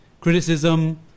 criticism